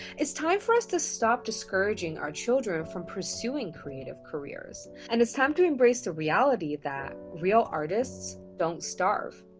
it's time for us to stop discouraging our children from pursuing creative careers. and it's time to embrace the reality that real artists don't starve.